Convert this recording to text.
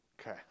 Okay